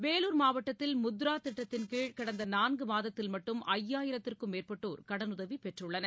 வேலூர் மாவட்டத்தில் முத்ராதிட்டத்தின்கீழ் கடந்தநான்குமாதத்தில் மட்டும் ஐயாயிரத்திற்கும் மேற்பட்டோர் கடனுதவிபெற்றுள்ளனர்